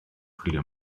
chwilio